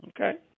Okay